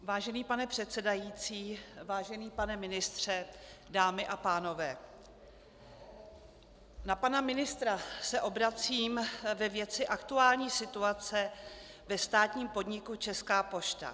Vážený pane předsedající, vážený pane ministře, dámy a pánové, na pana ministra se obracím ve věci aktuální situace ve státním podniku Česká pošta.